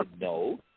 no